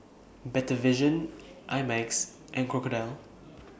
Better Vision I Max and Crocodile